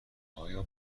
آیا